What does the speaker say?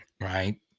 right